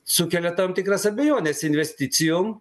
sukelia tam tikras abejones investicijom